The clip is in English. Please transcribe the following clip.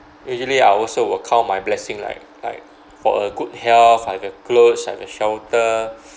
usually I also will count my blessing like like for a good health I have a clothes I have a shelter